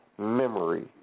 Memory